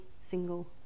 single